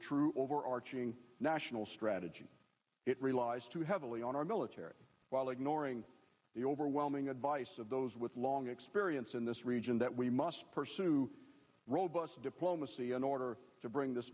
true overarching national strategy it relies too heavily on our military while ignoring the overwhelming advice of those with long experience in this region that we must pursue robust diplomacy in order to bring this